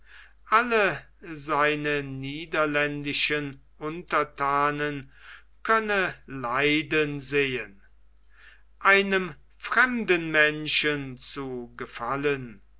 alle seine niederländischen untertanen könne leiden sehen einem fremden menschen zu gefallen